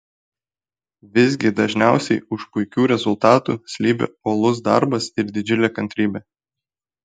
visgi dažniausiai už puikių rezultatų slypi uolus darbas ir didžiulė kantrybė